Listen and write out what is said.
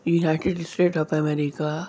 united state of America